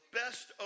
best